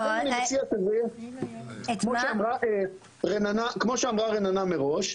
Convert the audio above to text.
כמו שאמרה רננה מראש,